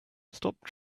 stop